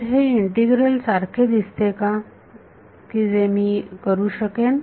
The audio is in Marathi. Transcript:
तर हे इंटीग्रल सारखे दिसते का की जे मी करू शकेन